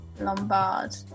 Lombard